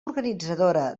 organitzadora